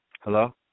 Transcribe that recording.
Hello